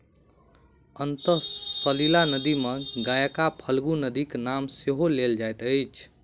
अंतः सलिला नदी मे गयाक फल्गु नदीक नाम सेहो लेल जाइत अछि